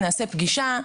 נעשה פגישה,